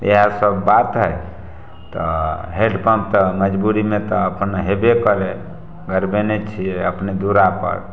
इएह सब बात है तऽ हैण्ड पम्प तऽ मजबुरीमे तऽ अपन हेबे करै गरबेने छियै अपने दुरा पर